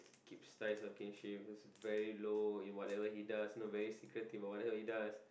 keeps ties or kinships very low in whatever he does not very secretive about whatever he does